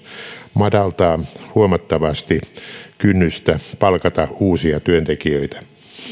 madaltaa huomattavasti kynnystä palkata uusia työntekijöitä